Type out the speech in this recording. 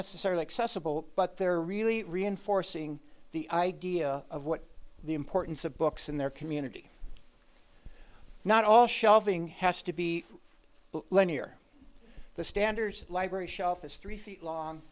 necessarily accessible but they're really reinforcing the idea of what the importance of books in their community not all shelving has to be linear the standard library shelf is three feet long